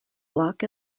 block